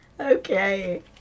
Okay